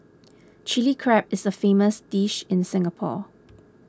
Chilli Crab is a famous dish in Singapore